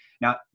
Now